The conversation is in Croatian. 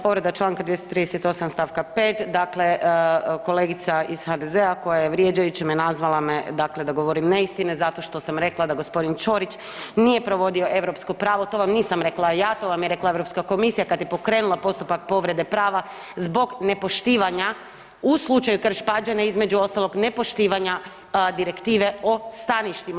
Povreda čl. 238. st. 5. Dakle, kolegica iz HDZ-a koja je vrijeđajući me nazvala me, dakle da govorim neistine zato što sam rekla da g. Ćorić nije provodio europsko pravo, to vam nisam rekla ja, to vam je rekla Europska komisija kad je pokrenula postupak povrede prava zbog nepoštivanja u slučaju Krš-Pađene, između ostalog nepoštivanja Direktive o staništima.